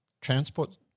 transport